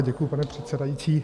Děkuju, pane předsedající.